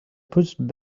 pushed